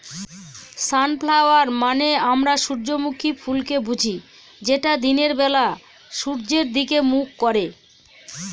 sunflower মানে আমরা সূর্যমুখী ফুলকে বুঝি যেটা দিনের বেলা সূর্যের দিকে মুখ করে